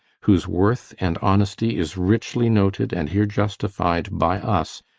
whose worth and honesty is richly noted, and here justified by us,